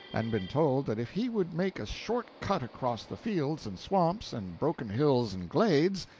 and been told that if he would make a short cut across the fields and swamps and broken hills and glades,